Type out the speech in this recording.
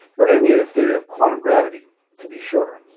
we're going to need a theory of quantum gravity to be sure.